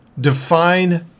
Define